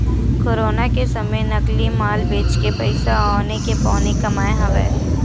corona के समे नकली माल बेचके पइसा औने के पौने कमाए हवय